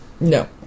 No